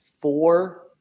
four